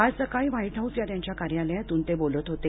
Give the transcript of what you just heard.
आज सकाळी White House या त्यांच्या कार्यालयातून ते बोलत होते